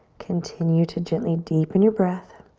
continue to gently deepen your breath.